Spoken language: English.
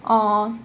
!aww!